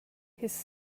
his